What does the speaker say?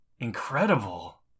incredible